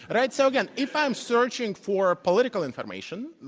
but right? so then if i am searching for political information,